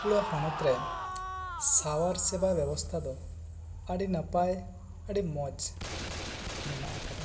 ᱵᱟᱸᱠᱩᱲᱟ ᱦᱚᱱᱚᱛ ᱨᱮ ᱥᱟᱶᱟᱨ ᱥᱮᱵᱟ ᱵᱮᱵᱚᱥᱛᱷᱟ ᱫᱚ ᱟᱹᱰᱤ ᱱᱟᱯᱟᱭ ᱟᱹᱰᱤ ᱢᱚᱡᱽ ᱢᱮᱱᱟᱜ ᱟᱠᱟᱫᱟ